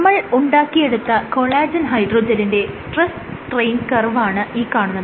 നമ്മൾ ഉണ്ടാക്കിയെടുക്കുന്ന കൊളാജെൻ ഹൈഡ്രോജെല്ലിന്റെ സ്ട്രെസ് സ്ട്രെയിൻ കർവാണ് ഈ കാണുന്നത്